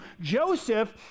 Joseph